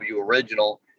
Original